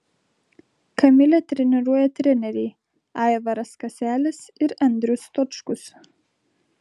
kamilę treniruoja treneriai aivaras kaselis ir andrius stočkus